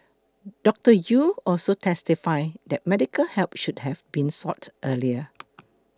Doctor Yew also testified that medical help should have been sought earlier